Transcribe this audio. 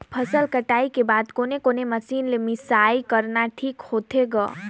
फसल कटाई के बाद कोने कोने मशीन ले मिसाई करना ठीक होथे ग?